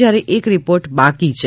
જ્યારે એક રિપોર્ટ બાકી છે